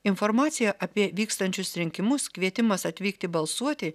informacija apie vykstančius rinkimus kvietimas atvykti balsuoti